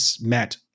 met